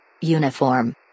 Uniform